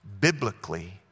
biblically